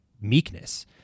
meekness